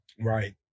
Right